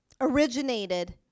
originated